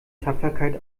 tapferkeit